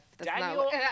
Daniel